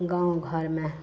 गाँव घरमे